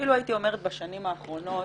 ואפילו הייתי אומרת בשנים האחרונות,